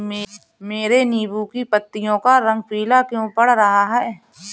मेरे नींबू की पत्तियों का रंग पीला क्यो पड़ रहा है?